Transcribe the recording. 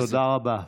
תודה רבה.